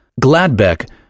Gladbeck